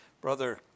Brother